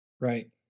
Right